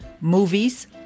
movies